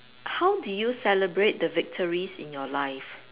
how do you celebrate the victories in your life